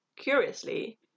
Curiously